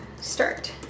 start